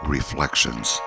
Reflections